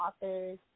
authors